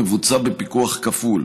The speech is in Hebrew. מבוצע בפיקוח כפול: